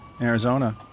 Arizona